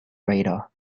radar